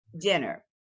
dinner